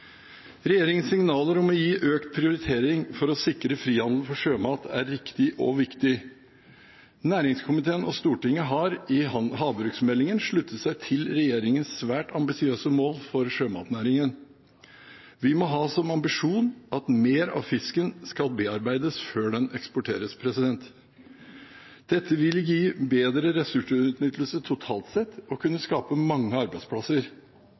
Regjeringens signaler om å gi økt prioritet til å sikre frihandel for sjømat er riktig og viktig. Næringskomiteen og Stortinget har i havbruksmeldingen sluttet seg til regjeringens svært ambisiøse mål for sjømatnæringen. Vi må ha som ambisjon at mer av fisken skal bearbeides før den eksporteres. Dette vil gi bedre ressursutnyttelse totalt sett og kunne skape mange arbeidsplasser.